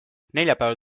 neljapäeval